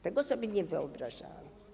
Tego sobie nie wyobrażałam.